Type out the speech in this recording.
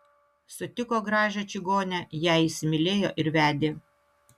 sutiko gražią čigonę ją įsimylėjo ir vedė